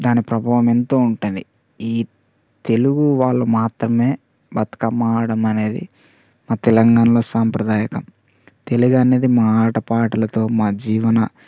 దాని ప్రభావం ఎంతో ఉంటుంది ఈ తెలుగు వాళ్ళు మాత్రమే బతుకమ్మ ఆడడమనేది మా తెలంగాణలో సాంప్రదాయకం తెలుగనేది మా ఆటపాటలతో మా జీవన